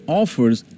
offers